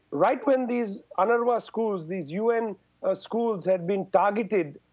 right when these unrwa schools, these un schools had been targeted,